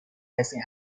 کسی